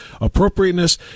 appropriateness